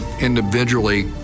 individually